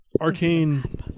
arcane